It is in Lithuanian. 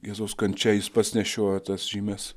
jėzaus kančia jis pats nešiojo tas žymes